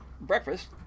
breakfast